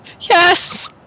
Yes